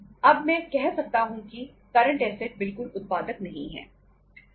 अब मैं कैसे कह सकता हूं कि करंट ऐसेट बिल्कुल उत्पादक नहीं है